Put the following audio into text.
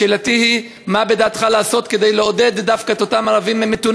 מה בדעתך לעשות כדי לעודד דווקא את אותם ערבים מתונים?